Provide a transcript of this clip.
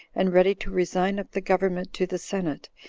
and ready to resign up the government to the senate,